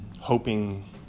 hoping